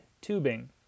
tubing